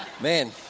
Man